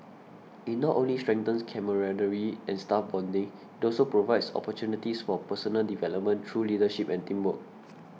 it not only strengthens camaraderie and staff bonding it also provides opportunities for personal development through leadership and teamwork